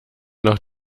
noch